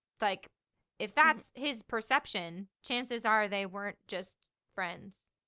like if that's his perception, chances are they weren't just friends,